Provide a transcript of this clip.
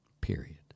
Period